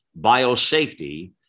biosafety